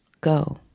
go